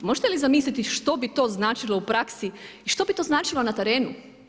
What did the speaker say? Možete li zamisliti što bi to značilo u praksi i što bi to značilo na terenu?